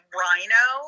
rhino